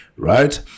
Right